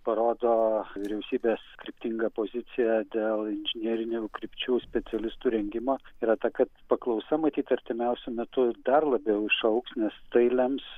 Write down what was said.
parodo vyriausybės kryptingą poziciją dėl inžinerinių krypčių specialistų rengimo yra ta kad paklausa matyt artimiausiu metu dar labiau išaugs nes tai lems